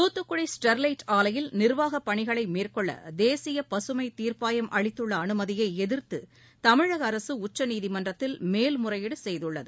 Thoothukudi Sterlite ஆவையில் நிர்வாகப் பணிகளைமேற்கொள்ளதேசியபகமைத் தீர்ப்பாயம் அளித்துள்ளஅனுமதியைஎதிர்த்தமிழகஅரசுஉச்சநீதிமன்றத்தில் மேல்முறையீடுசெய்துள்ளது